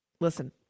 Listen